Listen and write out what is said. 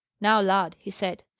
now, lad, he said,